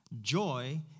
Joy